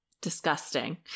Disgusting